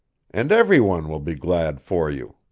and every one will be glad for you.